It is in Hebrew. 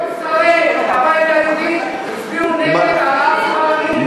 כל שרי הבית היהודי הצביעו נגד העלאת שכר המינימום.